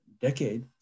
decade